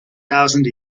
thousand